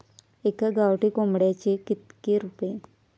एका गावठी कोंबड्याचे कितके रुपये?